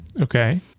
Okay